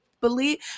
believe